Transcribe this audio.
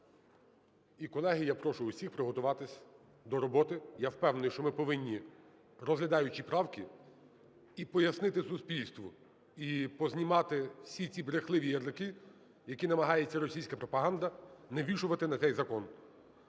І, колеги, я прошу усіх приготуватися до роботи. Я впевнений, що ми повинні, розглядаючи правки, і пояснити суспільству, і познімати всі ці брехливі ярлики, які намагається російська пропаганда навішувати на цей закон.